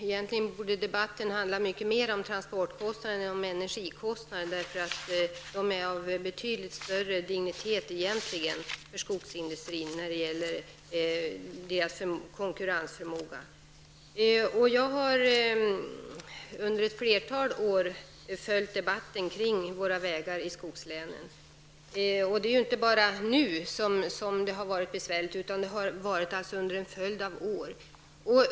Egentligen borde debatten handla mycket mera om transportkostnaderna än om energikostnaderna, eftersom transportkostnaderna är av betydligt större dignitet när det gäller skogsindustrins konkurrensförmåga. Under ett flertal år har jag följt debatten om våra vägar i skogslänen. Det är inte bara nu som läget har varit besvärligt, utan det har varit besvärligt under en följd av år.